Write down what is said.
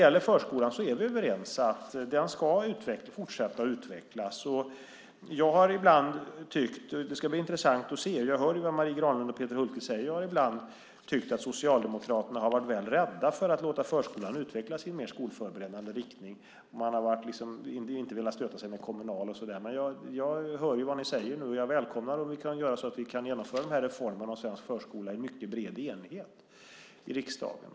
Vi är överens om att förskolan ska fortsätta att utvecklas. Det ska bli intressant att se. Jag hör ju vad Marie Granlund och Peter Hultqvist säger. Jag har ibland tyckt att Socialdemokraterna har varit väl rädda för att låta förskolan utvecklas i en mer skolförberedande riktning. De har inte velat stöta sig med Kommunal och så vidare. Men jag hör som sagt vad ni säger nu, och jag välkomnar om vi kan genomföra reformen om svensk förskola i mycket bred enighet i riksdagen.